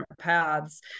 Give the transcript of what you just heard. paths